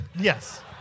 Yes